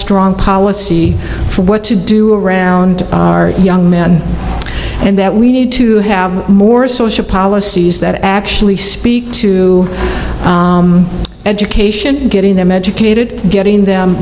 strong policy for what to do around our young men and that we need to have more social policies that actually speak to education getting them educated getting them